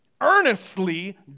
earnestly